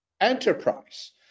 enterprise